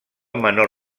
menor